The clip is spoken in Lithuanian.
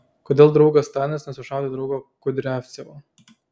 kodėl draugas stalinas nesušaudė draugo kudriavcevo